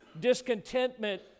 Discontentment